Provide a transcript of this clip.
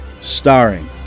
Starring